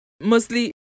mostly